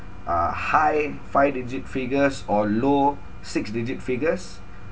uh high five digit figures or low six digit figures